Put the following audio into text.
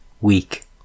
weak